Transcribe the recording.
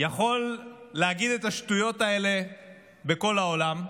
יכול להגיד את השטויות האלה בכל העולם.